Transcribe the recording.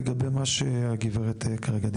לגבי מה שהגברת כרגע דיברה עליו.